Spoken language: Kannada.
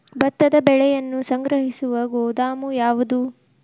ಭತ್ತದ ಬೆಳೆಯನ್ನು ಸಂಗ್ರಹಿಸುವ ಗೋದಾಮು ಯಾವದು?